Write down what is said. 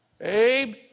Abe